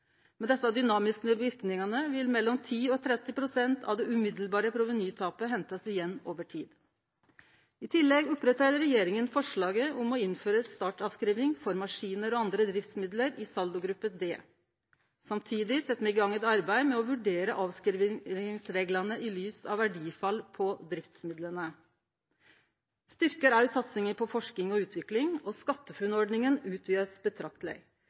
Med desse dynamiske verknadene vil mellom 10 pst. og 30 pst. av det umiddelbare provenytapet hentast igjen over tid. I tillegg opprettheld regjeringa forslaget om å innføre startavskriving for maskiner og andre driftsmiddel i saldogruppe d. Samtidig sett me i gang eit arbeid med å vurdere avskrivingsreglane i lys av verdifall på driftsmidla. Vi styrker òg satsinga på forsking og utvikling, og SkatteFUNN-ordninga utvidast